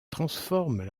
transforment